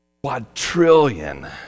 quadrillion